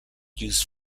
used